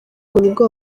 nibwo